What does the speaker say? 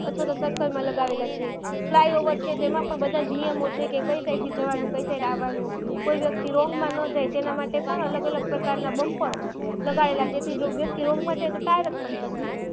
અથવા તો સર્કલમાં લગાવેલા છે ફ્લાય ઓવર છે તો એમાં પણ બધા જ નિયમો છે કે કઈ સાઈડથી જવાનું કઈ સાઈડ આવવાનું કોઈ વ્યક્તિ રોંગમાં ન જાય તેના માટે પણ અલગ અલગ પ્રકારના બંપરો લગાડેલા જેથી જો વ્યક્તિ રૉન્ગમાં જાય તો ટાયર જ પંચર થઈ જાય